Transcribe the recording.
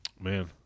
Man